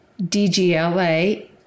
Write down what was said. DGLA